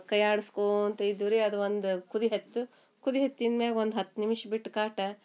ಕೈ ಆಡ್ಸ್ಕೋತ ಇದ್ದೆವು ರೀ ಅದು ಒಂದು ಕುದಿ ಹತ್ತು ಕುದಿ ಹತ್ತಿದ್ ಮ್ಯಾಲ್ ಒಂದು ಹತ್ತು ನಿಮಿಷ ಬಿಟ್ಟು ಕಾಟ